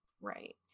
Right